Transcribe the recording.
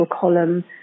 column